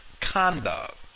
conduct